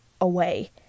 away